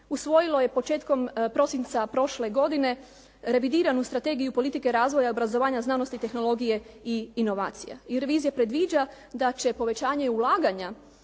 usvojilo je početkom prosinca prošle godine revidiranu Strategiju politike razvoja i obrazovanja znanosti i tehnologije i inovacija i revizija predviđa da će povećanje ulaganja